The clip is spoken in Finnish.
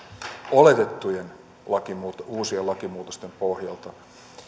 oletettujen uusien lakimuutosten pohjalta